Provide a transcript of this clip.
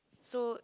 so